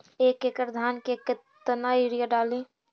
एक एकड़ धान मे कतना यूरिया डाली?